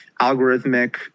algorithmic